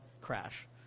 crash